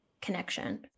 connection